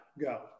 go